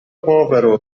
povero